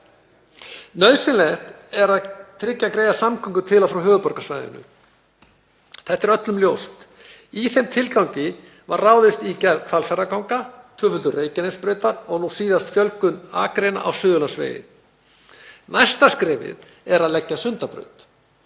Nauðsynlegt er að tryggja greiðar samgöngur til og frá höfuðborgarsvæðinu. Þetta er öllum ljóst. Í þeim tilgangi var ráðist í gerð Hvalfjarðarganga, tvöföldun Reykjanesbrautar og nú síðast fjölgun akreina á Suðurlandsvegi. Næsta skrefið er að leggja Sundabraut,